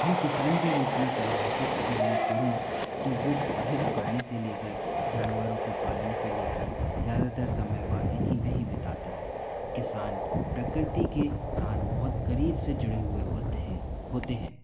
हम किसान के रूप में परिभाषित अगर मैं करूँ तो वो पौधे उगाने से लेकर जानवरों को पालने से लेकर ज़्यादातर समय वह इन्हीं में बीतता है किसान प्रकृति के साथ बहुत करीब से जुड़े हुए होते हैं होते हैं